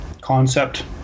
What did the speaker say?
concept